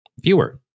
viewer